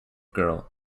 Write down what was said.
girl